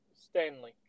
Stanley